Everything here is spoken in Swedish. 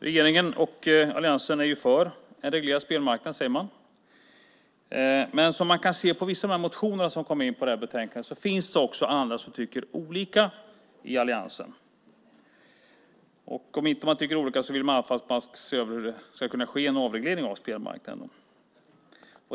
Regeringen och alliansen är för en reglerad spelmarknad, säger man. Men vi kan se på vissa motioner att det finns de som tycker annorlunda i alliansen och vill att man ska se över hur det ska kunna ske en avreglering av spelmarknaden.